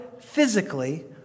physically